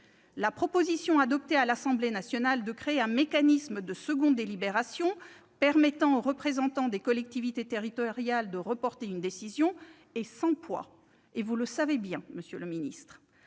la proposition, adoptée à l'Assemblée nationale, de créer un mécanisme de seconde délibération permettant aux représentants des collectivités territoriales de reporter une décision est sans poids. Faites confiance aux maires